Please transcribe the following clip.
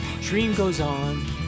dreamgoeson